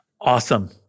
Awesome